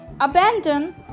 abandon